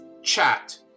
Chat